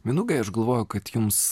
mindaugai aš galvoju kad jums